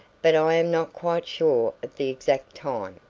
but i am not quite sure of the exact time.